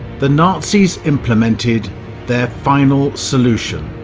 the nazis implemented their final solution